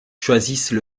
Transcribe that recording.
choisissent